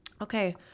Okay